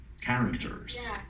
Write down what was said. characters